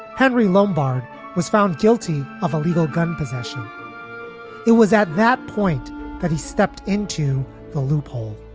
henry lobar was found guilty of illegal gun possession it was at that point that he stepped into the loophole.